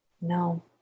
No